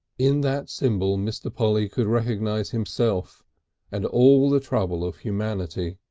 in that symbol mr. polly could recognise himself and all the trouble of humanity.